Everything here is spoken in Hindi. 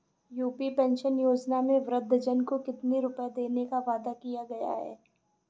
यू.पी पेंशन योजना में वृद्धजन को कितनी रूपये देने का वादा किया गया है?